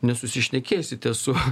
nesusišnekėsite su